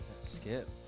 Skip